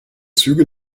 züge